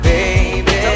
Baby